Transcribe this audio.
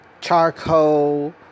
Charcoal